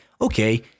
okay